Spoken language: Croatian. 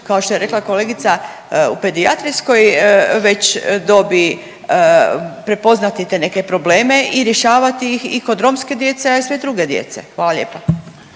kao što je rekla kolegica u pedijatrijskoj već dobi prepoznati te neke probleme i rješavati ih i kod romske djece, a i sve druge djece? Hvala lijepa.